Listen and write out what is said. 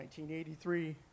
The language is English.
1983